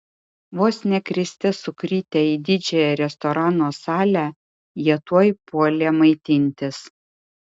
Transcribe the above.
vos ne kriste sukritę į didžiąją restorano salę jie tuoj puolė maitintis